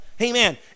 Amen